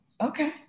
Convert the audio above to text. Okay